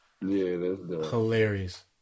Hilarious